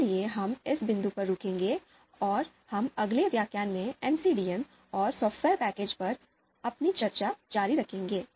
इसलिए हम इस बिंदु पर रुकेंगे और हम अगले व्याख्यान में एमसीडीएम और सॉफ्टवेयर पैकेजों पर अपनी चर्चा जारी रखेंगे